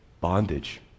Bondage